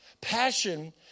Passion